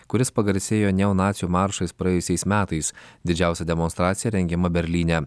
kuris pagarsėjo neonacių maršais praėjusiais metais didžiausia demonstracija rengiama berlyne